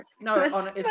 no